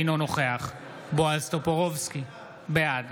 אינו נוכח בועז טופורובסקי, בעד